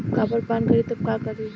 Copper पान करी तब का करी?